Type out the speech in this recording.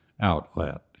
outlet